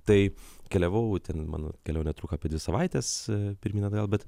tai keliavau ten mano kelionė truko apie dvi savaites pirmyn atgal bet